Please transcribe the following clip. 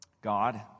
God